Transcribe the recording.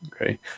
Okay